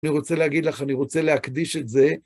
אני רוצה להגיד לך, אני רוצה להקדיש את זה.